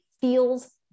feels